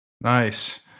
nice